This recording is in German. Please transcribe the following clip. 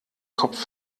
kopf